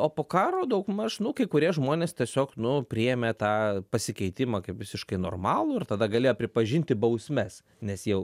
o po karo daugmaž nu kai kurie žmonės tiesiog nu priėmė tą pasikeitimą kaip visiškai normalų ir tada galėjo pripažinti bausmes nes jau